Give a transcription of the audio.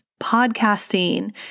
Podcasting